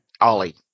ollie